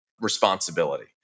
responsibility